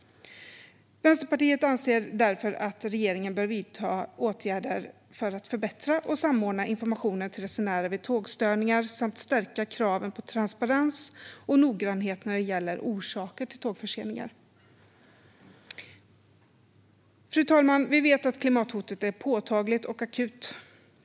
Vänsterpartiet anser därför att regeringen bör vidta åtgärder för att förbättra och samordna informationen till resenärer vid tågstörningar samt stärka kraven på transparens och noggrannhet när det gäller orsaker till tågförseningar. Fru talman! Vi vet att klimathotet är påtagligt och akut.